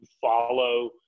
follow